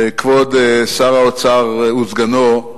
כבוד שר האוצר וסגנו,